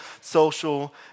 social